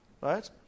Right